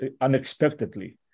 unexpectedly